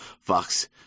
Fox